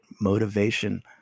motivation